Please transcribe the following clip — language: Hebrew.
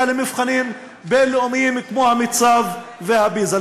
למבחנים בין-לאומיים כמו המיצ"ב והפיז"ה.